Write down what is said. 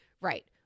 Right